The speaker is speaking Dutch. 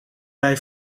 wij